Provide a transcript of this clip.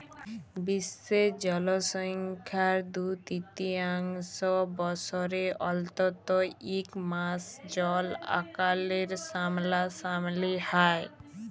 বিশ্বের জলসংখ্যার দু তিরতীয়াংশ বসরে অল্তত ইক মাস জল আকালের সামলাসামলি হ্যয়